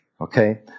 Okay